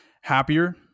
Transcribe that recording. happier